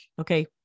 Okay